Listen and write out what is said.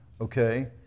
Okay